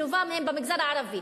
רובם הם במגזר הערבי.